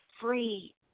free